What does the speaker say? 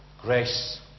Grace